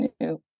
new